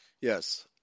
yes